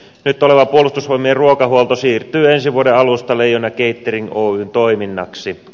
nyt oleva puolustusvoimien ruokahuolto siirtyy ensi vuoden alusta leijona catering oyn toiminnaksi